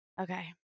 Okay